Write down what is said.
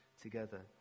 together